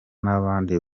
n’abandi